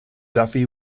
duffy